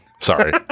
Sorry